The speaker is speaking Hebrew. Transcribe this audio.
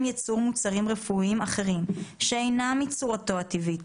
ייצור מוצרים רפואיים אחרים שאינם מצורתו הטבעית,